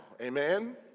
Amen